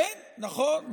אין, נכון.